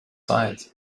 side